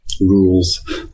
rules